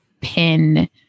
pin